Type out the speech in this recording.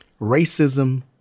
racism